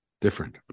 different